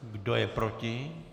Kdo je proti?